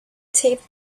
taped